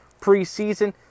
preseason